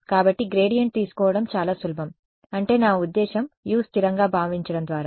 కాబట్టి గ్రేడియంట్ తీసుకోవడం చాలా సులభం అంటే నా ఉద్దేశ్యం U స్థిరంగా భావించడం ద్వారా